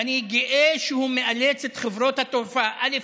ואני גאה שהוא מאלץ את חברות התעופה, א.